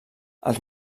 els